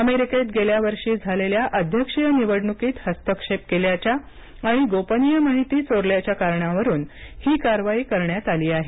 अमेरिकेत गेल्या वर्षी झालेल्या अध्यक्षीय निवडणुकीत हस्तक्षेप केल्याच्या आणि गोपनीय माहिती चोरल्याच्या कारणावरुन ही कारवाई करण्यात आली आहे